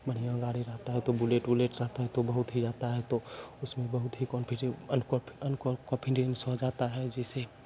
बढ़िया गाड़ी लाता है तो बुलेट उलेट लाता है तो बहुत ही लाता है तो उसमें बहुत ही अन्कोफिडेंस जाता है जिसे